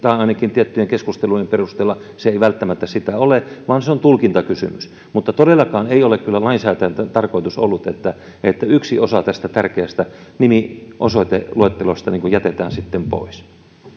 tai ainakin tiettyjen keskustelujen perusteella se ei välttämättä sitä ole vaan se on tulkintakysymys mutta todellakaan ei ole kyllä lainsäätäjällä tarkoitus ollut että että yksi osa tästä tärkeästä nimi ja osoiteluettelosta jätetään pois